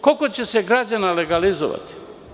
Koliko će se građana legalizovati?